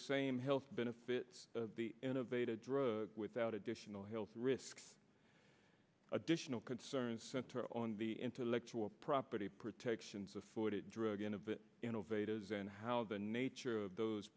same health benefits be innovative drug without additional health risks additional concerns center on the intellectual property protections afforded drug in a bit innovators and how the nature of those